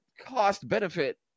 cost-benefit